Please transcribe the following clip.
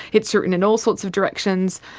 it's written in all sorts of directions.